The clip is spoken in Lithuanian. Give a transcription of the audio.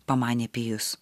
pamanė pijus